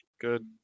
good